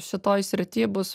šitoj srity bus